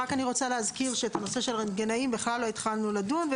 אני רק רוצה להזכיר שבכלל לא התחלנו לדון בנושא של הרנטגנאים,